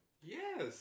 Yes